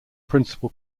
principal